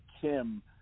Kim